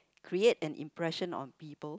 create an impression on people